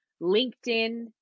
LinkedIn